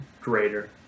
greater